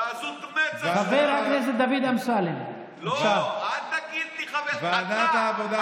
נוכל, אתם שישה מנדטים, 2. בוועדת הפנים